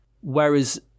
Whereas